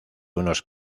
unos